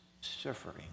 suffering